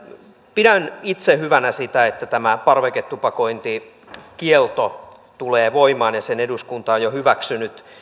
pidän itse hyvänä sitä että tämä parveketupakointikielto tulee voimaan ja sen eduskunta on jo hyväksynyt